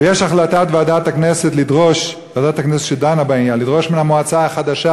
ויש החלטת ועדת הכנסת שדנה בעניין לדרוש מן המועצה החדשה